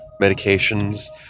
medications